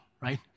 right